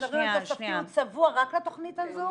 רגע --- התוספתי הוא צבוע רק לתכנית הזו?